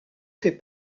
fait